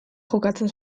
jokatzen